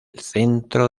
centro